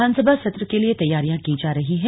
विधानसभा सत्र के लिए तैयारियां की जा रही हैं